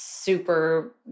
super